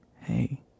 Hey